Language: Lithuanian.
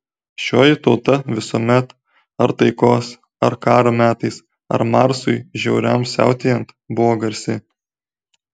šioji tauta visuomet ar taikos ar karo metais ar marsui žiauriam siautėjant buvo garsi